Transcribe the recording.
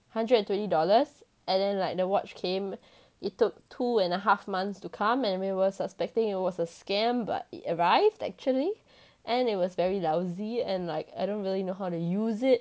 hundred and twenty dollars and then like the watch came it took two and a half months to come and we were suspecting it was a scam but it arrived actually and it was very lousy and like I don't really know how to use it